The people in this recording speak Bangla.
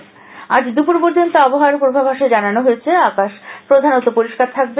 আবহাওয়া আজ দুপুর পর্যন্ত আবহাওয়ার পূর্বাভাসে জানানো হয়েছে আকাশ প্রধানত পরিষ্কার থাকবে